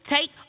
Take